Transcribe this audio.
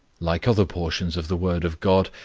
like other portions of the word of god,